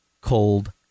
cold